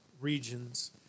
regions